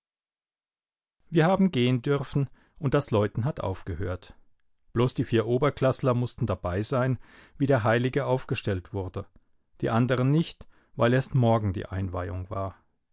wir haben gehen dürfen und das läuten hat aufgehört bloß die vier oberklaßler mußten dabei sein wie der heilige aufgestellt wurde die anderen nicht weil erst morgen die einweihung war